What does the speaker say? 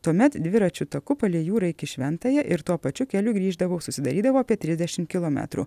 tuomet dviračių taku palei jūrą iki šventąją ir tuo pačiu keliu grįždavau susidarydavo apie trisdešim kilometrų